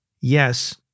yes